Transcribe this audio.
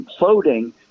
imploding